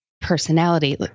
personality